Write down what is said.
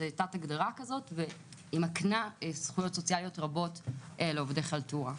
זו תת-הגדרה שמקנה זכויות סוציאליות רבות לעובדי חלטורה.